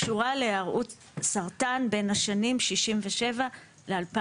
קשורה לערוץ סרטן בין השנים 1967 ל- 2012,